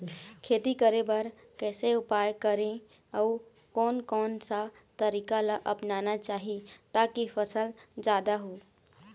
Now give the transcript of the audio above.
खेती करें बर कैसे उपाय करें अउ कोन कौन सा तरीका ला अपनाना चाही ताकि फसल जादा हो?